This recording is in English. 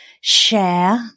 share